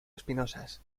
espinosas